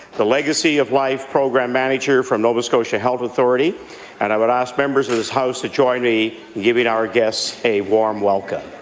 the legacy of life program manager from nova scotia health authority and i would ask members of this house to join me in giving our guests a warm welcome.